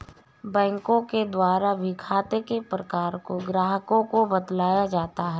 बैंकों के द्वारा भी खाते के प्रकारों को ग्राहकों को बतलाया जाता है